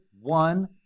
one